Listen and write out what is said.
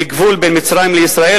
בגבול בין מצרים לישראל,